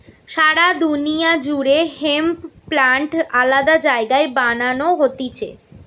সারা দুনিয়া জুড়ে hemp plant আলাদা জায়গায় বানানো হতিছে